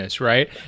right